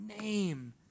name